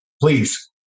Please